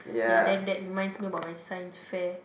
ya then that reminds me about my Science fair